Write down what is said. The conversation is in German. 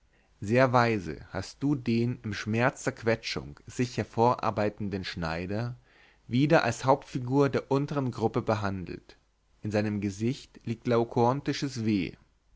sehr weise hast du den im schmerz der quetschung sich hervorarbeitenden schneider wieder als hauptfigur der untern gruppe behandelt in seinem gesicht liegt laokoontisches weh